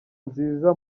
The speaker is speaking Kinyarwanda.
nziza